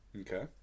Okay